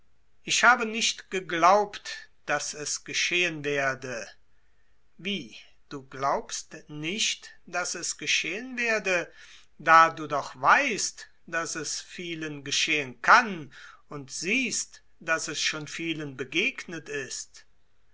ich habe nicht geglaubt daß es geschehen werde wie du glaubst nicht daß es geschehen werde da du doch weißt daß es bei vielen geschehen kann und siehst daß es schon vielen begegnet ist